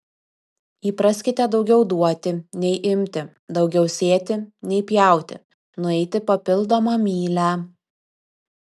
įpraskite daugiau duoti nei imti daugiau sėti nei pjauti nueiti papildomą mylią